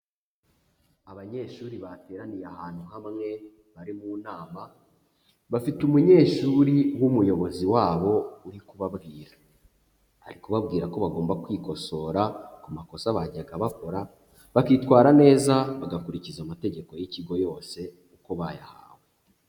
Abanyeshuri bateraniye ahantu hamwe bari mu nama, bafite umunyeshuri w'umuyobozi wabo uri kubabwira, ari kubabwira ko bagomba kwikosora ku makosa bajyaga bakora, bakitwara neza bagakurikiza amategeko y'ikigo yose uko bayahawe.